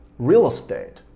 real estate,